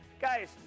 Guys